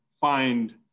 find